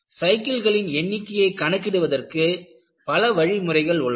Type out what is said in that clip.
cycle களின் எண்ணிக்கையை கணக்கிடுவதற்கு பல வழிமுறைகள் உள்ளன